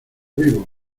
vivos